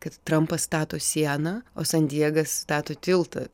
kad trampas stato sieną o san diegas stato tiltą